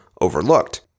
overlooked